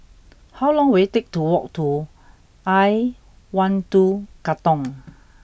how long will it take to walk to I one two Katong